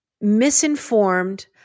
misinformed